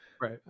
right